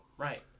Right